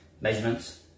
measurements